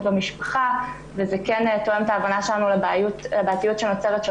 במשפחה וזה כן תואם את ההבנה שלנו לבעייתיות שנוצרת כאשר